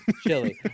chili